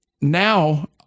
Now